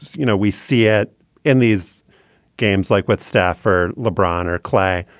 you know, we see it in these games, like what staffer lebron or klay?